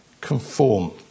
conform